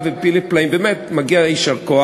תודה.